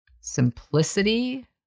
simplicity